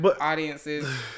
audiences